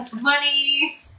money